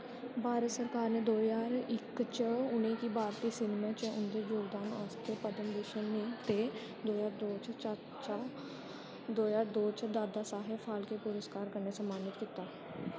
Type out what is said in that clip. भारत सरकार ने दो ज्हार इक च उ'नेंगी भारती सिनमे च उं'दे जोगदान आस्तै पद्म भूशण ते दो ज्हार दो च चाचा दो ज्हार दो च दादा साहेब फाल्के पुरस्कार कन्नै सम्मानित कीत्ता